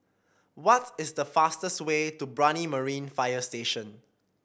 what is the fastest way to Brani Marine Fire Station